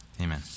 Amen